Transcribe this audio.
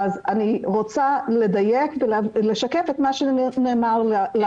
אני רוצה לדייק ולשקף את מה שנאמר לנו.